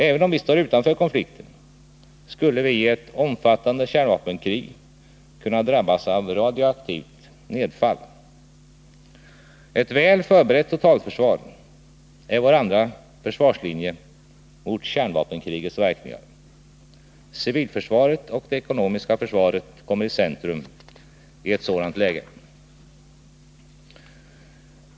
Även om vi står utanför konflikten, skulle vi i ett omfattande kärnvapenkrig kunna drabbas av radioaktivt nedfall. Ett väl förberett totalförsvar är vår andra försvarslinje mot kärnvapenkrigets verkningar. Civilförsvaret och det ekonomiska försvaret kommer i centrum i ett sådant läge.